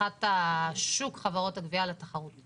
פתיחת שוק חברות הגבייה לתחרות.